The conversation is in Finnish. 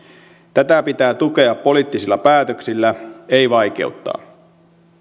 tätä pitää tukea poliittisilla päätöksillä ei vaikeuttaa